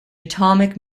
atomic